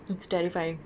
looks terrifying